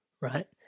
right